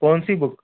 کون سی بک